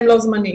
הם לא זמניים.